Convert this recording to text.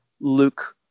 Luke